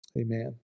Amen